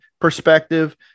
perspective